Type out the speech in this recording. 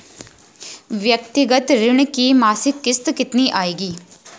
व्यक्तिगत ऋण की मासिक किश्त कितनी आएगी?